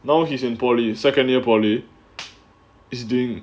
now he's in polytechnic second year polytechnic is doing